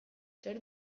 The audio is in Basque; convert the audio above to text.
zer